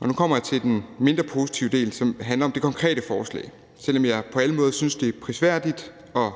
og nu kommer jeg til den mindre positive del, som handler om det konkrete forslag. Selv om jeg på alle måder synes, det er prisværdigt at